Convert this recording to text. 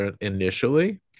initially